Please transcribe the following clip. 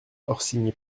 orsini